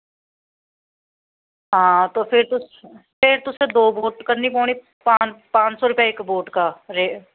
ते आं तुसें दो बोट करनी पौनी पंज सौ रपेआ इक्क बोट का रेट